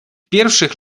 pierwszych